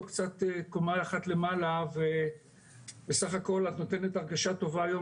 קצת קומה אחת למעלה ובסך הכל את נותנת הרגשה טובה היום